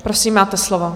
Prosím, máte slovo.